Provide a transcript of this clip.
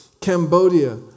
Cambodia